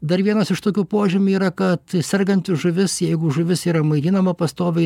dar vienas iš tokių požymių yra kad sergant žuvis jeigu žuvis yra maitinama pastoviai